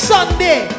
Sunday